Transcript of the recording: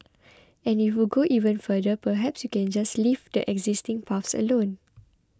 and if you go even further perhaps you can just leave the existing paths alone